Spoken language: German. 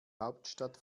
hauptstadt